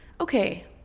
Okay